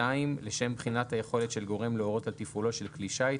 לשם בחינת היכולת של גורם להורות על תפעולו של כלי שיט,